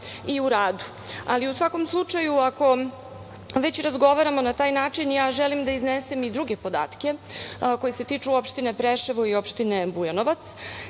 i u radu.U svakom slučaju, ako već razgovaramo na taj način, ja želim da iznesem i druge podatke koji se tiču opštine Preševo i opštine Bujanovac.